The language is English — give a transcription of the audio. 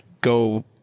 go